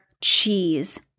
cheese